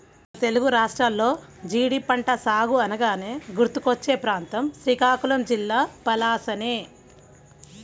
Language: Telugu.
మన తెలుగు రాష్ట్రాల్లో జీడి పంట సాగు అనగానే గుర్తుకొచ్చే ప్రాంతం శ్రీకాకుళం జిల్లా పలాసనే